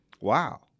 Wow